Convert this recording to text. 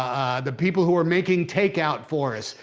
the people who are making takeout for us,